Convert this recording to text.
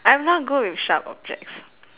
I'm not good with sharp objects